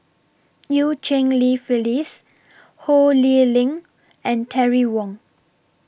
EU Cheng Li Phyllis Ho Lee Ling and Terry Wong